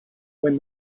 when